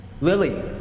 Lily